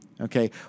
okay